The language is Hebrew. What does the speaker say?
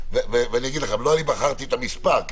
לא אני בחרתי את המספר.